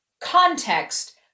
context